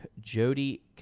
Jody